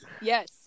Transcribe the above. Yes